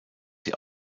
sie